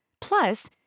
Plus